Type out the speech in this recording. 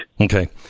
Okay